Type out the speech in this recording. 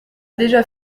déjà